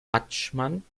adschman